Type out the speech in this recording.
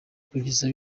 kugeza